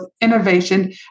innovation